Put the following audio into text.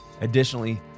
Additionally